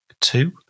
Two